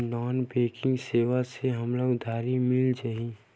Non banking सेवाएं से हमला उधारी मिल जाहि?